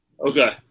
Okay